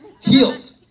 Healed